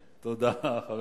ותצליחי.